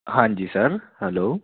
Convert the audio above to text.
ਹਾਂਜੀ sir hello